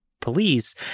police